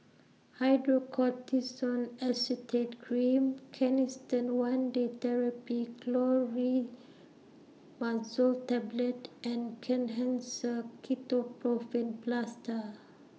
Hydrocortisone Acetate Cream Canesten one Day Therapy Clotrimazole Tablet and Kenhancer Ketoprofen Plaster